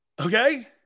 Okay